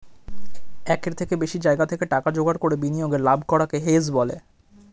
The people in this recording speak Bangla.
একের থেকে বেশি জায়গা থেকে টাকা জোগাড় করে বিনিয়োগে লাভ করাকে হেজ বলে